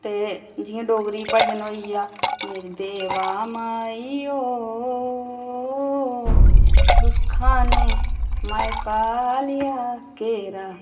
ते जि'यां डोगरी भजन होई गेआ मेरी देवा माई ओ दुक्खां ने मां पा लेआ घेरा